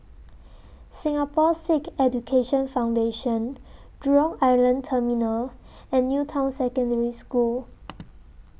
Singapore Sikh Education Foundation Jurong Island Terminal and New Town Secondary School